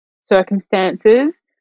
circumstances